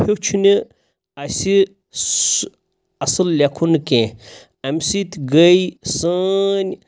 ہیوٚچھ نہٕ اَسہِ سُہ اَصٕل لیکھُن کینٛہہ اَمہِ سۭتۍ گٔے سٲنۍ